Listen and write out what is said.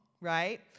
right